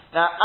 Now